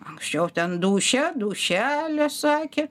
anksčiau ten dūšia dūšia sakė